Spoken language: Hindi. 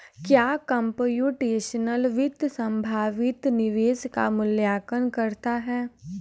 क्या कंप्यूटेशनल वित्त संभावित निवेश का मूल्यांकन करता है?